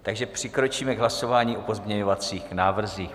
Takže přikročíme k hlasování o pozměňovacích návrzích.